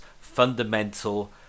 fundamental